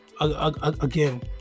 again